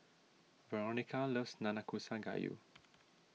Veronica loves Nanakusa Gayu